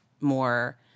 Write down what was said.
more